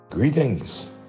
Greetings